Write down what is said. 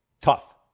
Tough